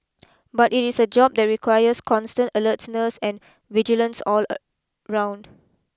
but it is a job that requires constant alertness and vigilance all around